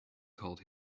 told